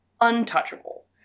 untouchable